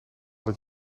dat